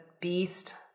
beast